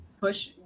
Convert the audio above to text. push